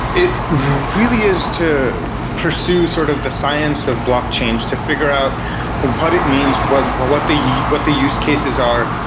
it really is to pursue sort of the science of blockchains. to figure out what it means well what the what the use cases are,